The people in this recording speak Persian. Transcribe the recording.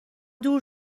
دور